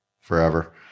forever